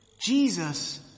Jesus